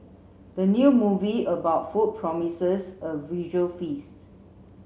the new movie about food promises a visual feast